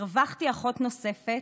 הרווחתי אחות נוספת,